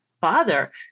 father